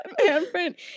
handprint